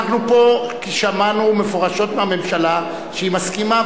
אנחנו פה שמענו מפורשות מהממשלה שהיא מסכימה,